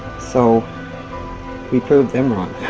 so we prove them wrong.